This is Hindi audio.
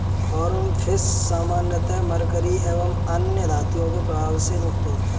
फार्म फिश सामान्यतः मरकरी एवं अन्य धातुओं के प्रभाव से मुक्त होता है